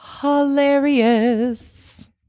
hilarious